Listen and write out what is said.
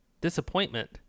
disappointment